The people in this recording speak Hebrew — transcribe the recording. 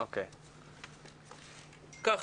ככה,